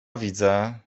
widzę